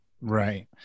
Right